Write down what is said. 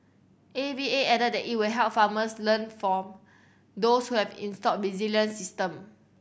A V A added that it will help farmers learn from those who have installed resilient system